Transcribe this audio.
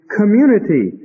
community